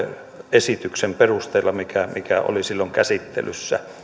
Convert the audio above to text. esityksen perusteella mikä mikä oli silloin käsittelyssä